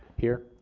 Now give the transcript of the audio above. here.